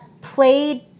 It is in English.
played